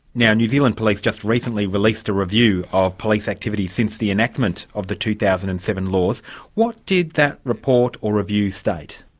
now new zealand police just recently released a review of police activity since the enactment of the two thousand and seven laws what did that report or review state?